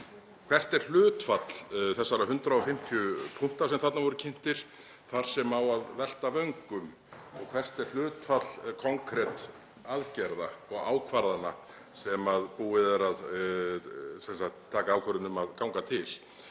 Hvert er hlutfall þessara 150 punkta sem þarna voru kynntir þar sem á að velta vöngum og hvert er hlutfall konkret aðgerða og ákvarðana sem búið er að taka ákvörðun um að ganga til?